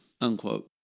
unquote